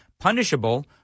punishable